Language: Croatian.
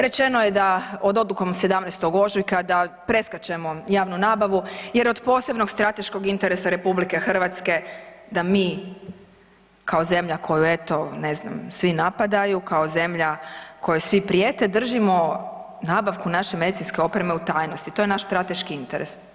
Rečeno je da odlukom od 17. ožujka da preskačemo javnu nabavu jer od posebnog strateškog interesa RH da mi kao zemlja koju eto ne znam svi napadaju, kao zemlja kojoj svi prijete, držimo nabavku naše medicinske opreme u tajnosti, to je naš strateški interes.